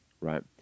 Right